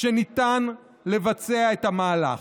שניתן לבצע את המהלך.